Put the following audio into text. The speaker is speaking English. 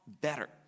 better